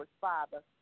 Father